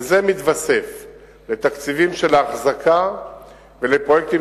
וזה מתווסף לתקציבים של האחזקה ולפרויקטים